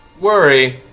worry,